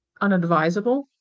unadvisable